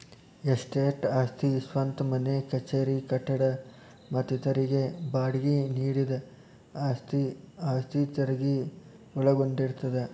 estate ಆಸ್ತಿ ಸ್ವಂತ ಮನೆ ಕಚೇರಿ ಕಟ್ಟಡ ಮತ್ತ ಇತರರಿಗೆ ಬಾಡ್ಗಿ ನೇಡಿದ ಆಸ್ತಿ ಆಸ್ತಿ ತೆರಗಿ ಒಳಗೊಂಡಿರ್ತದ